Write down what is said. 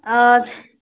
آ